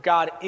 God